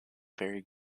fairy